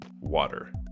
water